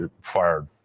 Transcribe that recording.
fired